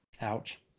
Ouch